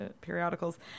periodicals